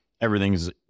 everything's